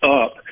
up